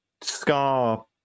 scar